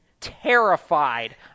terrified